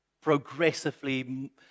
progressively